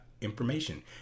Information